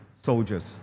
Soldiers